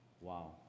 wow